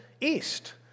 east